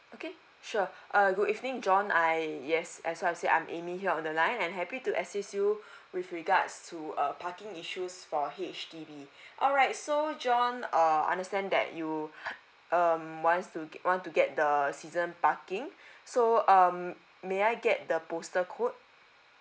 okay sure uh good evening john I yes as what I said I'm amy here on the line and happy to assist you with regards to a parking issues for H_D_B alright so john uh understand that you um wants to want to get the season parking so um may I get the postal code